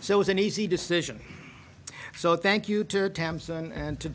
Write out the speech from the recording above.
so it was an easy decision so thank you